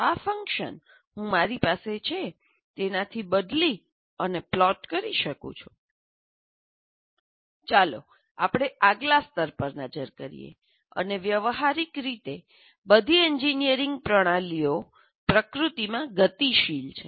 આ ફંક્શન હું મારી પાસે જે છે તેનાથી તેને બદલી અને પ્લોટ કરી શકું છું ચાલો આપણે આગલા સ્તર પર નજર કરીએ અને વ્યવહારીક રીતે બધી એન્જિનિયરિંગ પ્રણાલીઓ પ્રકૃતિમાં ગતિશીલ છે